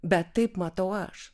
bet taip matau aš